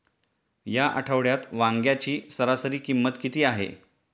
या आठवड्यात वांग्याची सरासरी किंमत किती आहे?